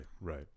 right